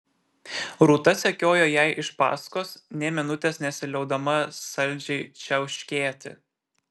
rūta sekiojo jai iš paskos nė minutės nesiliaudama saldžiai čiauškėti